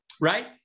right